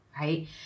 right